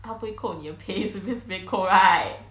他不会扣你的 pay 随便随便扣 right